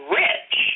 rich